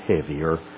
heavier